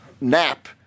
nap